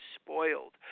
spoiled